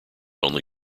only